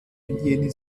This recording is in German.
jene